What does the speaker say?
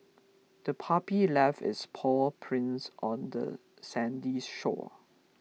the puppy left its paw prints on the sandy shore